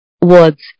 words